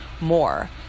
more